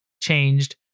changed